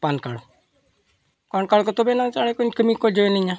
PAN card PAN card ᱠᱚ ᱛᱚᱵᱮ ᱟᱱᱟᱝ ᱪᱟᱬᱮ ᱠᱚ ᱠᱟᱹᱢᱤ ᱠᱚ ᱡᱚᱭᱮᱱᱤᱧᱟ